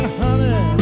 honey